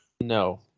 No